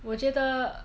我觉得